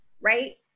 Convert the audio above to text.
right